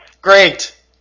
Great